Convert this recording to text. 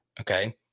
Okay